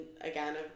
again